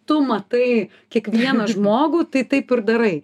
tu matai kiekvieną žmogų tai taip ir darai